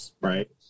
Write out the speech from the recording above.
right